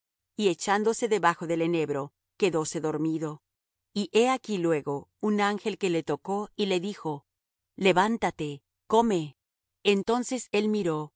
y echándose debajo del enebro quedóse dormido y he aquí luego un ángel que le tocó y le dijo levántate come entonces él miró